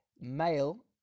male